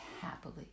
happily